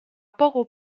poco